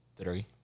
Three